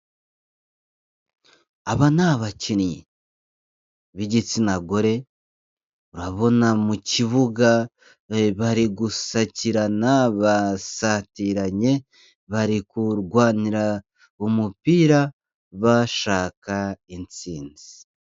Aba ni abakinnyi b'igitsina gore, urabona mu kibuga bari gusakirana, basatiranye, bari kurwanira, umupira ,bashaka intsinzi.